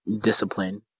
discipline